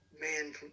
man